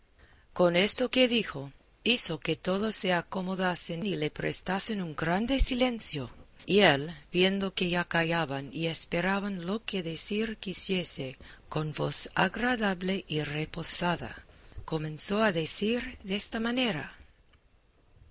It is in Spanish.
con esto que dijo hizo que todos se acomodasen y le prestasen un grande silencio y él viendo que ya callaban y esperaban lo que decir quisiese con voz agradable y reposada comenzó a decir desta manera